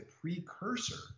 precursor